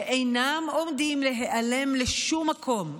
שאינם עומדים להיעלם לשום מקום.